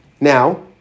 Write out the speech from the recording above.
now